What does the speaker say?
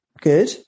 good